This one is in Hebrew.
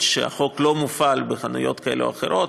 שהחוק לא מופעל בחנויות כאלה או אחרות,